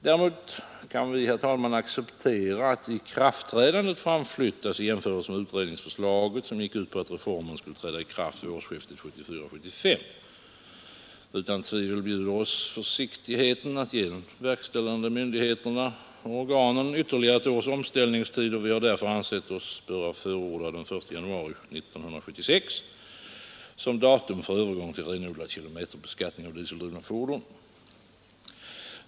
Däremot kan vi, herr talman, acceptera att ikraftträdandet framflyttas i jämförelse med utredningsförslaget, som gick ut på att reformen skulle träda i kraft redan vid årsskiftet 1974-1975. Utan tvivel bjuder oss försiktigheten att ge de verkställande myndigheterna och organen ytterligare ett års omställningstid. Vi har därför ansett oss böra förorda den 1 januari 1976 som datum för övergång till renodlad kilometerbeskattning av dieseldrivna fordon.